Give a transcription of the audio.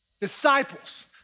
Disciples